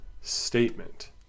statement